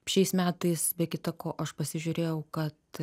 šiais metais be kita ko aš pasižiūrėjau kad